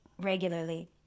regularly